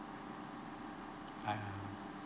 ah